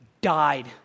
died